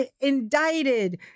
indicted